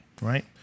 Right